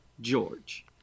George